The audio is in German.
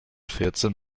vierzehn